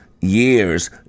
years